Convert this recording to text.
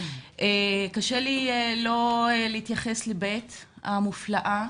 קשה לי לא להתייחס ל-ב' המופלאה.